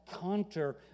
counter